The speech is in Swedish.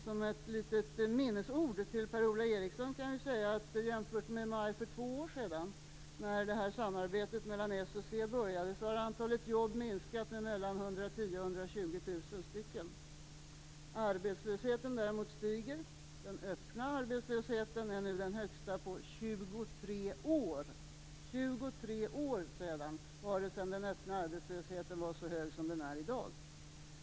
Som ett litet minnesord till Per-Ola Eriksson kan jag säga att jämfört med maj för två år sedan, när samarbetet mellan Socialdemokraterna och Centern började, har antalet jobb minskat med mellan 110 000 och 120 000. Arbetslösheten stiger däremot. Den öppna arbetslösheten är nu den högsta på 23 år. Det är 23 år sedan den öppna arbetslösheten var så hög som i dag.